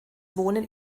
wohnen